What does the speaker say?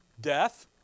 Death